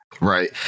Right